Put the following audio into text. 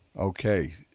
okay.